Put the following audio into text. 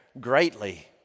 greatly